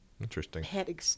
Interesting